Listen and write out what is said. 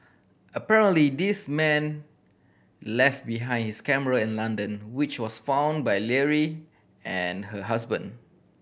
apparently this man left behind his camera in London which was found by Leary and her husband